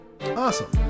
Awesome